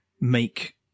make